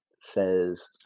says